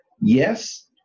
Yes